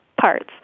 parts